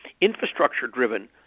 infrastructure-driven